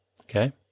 Okay